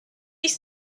ich